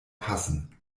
passen